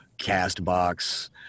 CastBox